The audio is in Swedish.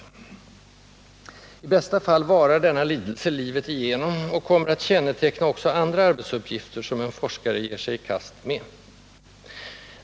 I bästa fall varar denna lidelse livet igenom och kommer att känneteckna också andra arbetsuppgifter som en forskare ger sig i kast med.